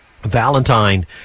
Valentine